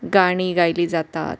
गाणी गायली जातात